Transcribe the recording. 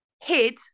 Hid